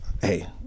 hey